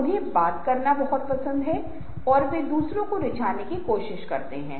हम 100 बहाने व्यक्त कर सकते हैं लेकिन कई बार दूसरों को समझाना बहुत मुश्किल हो जाता है